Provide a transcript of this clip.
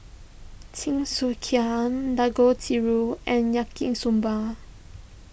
Jingisukan Dangojiru and Yaki Soba